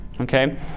okay